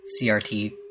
CRT